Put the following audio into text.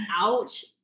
ouch